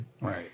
Right